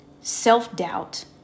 Self-doubt